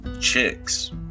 chicks